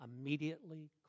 immediately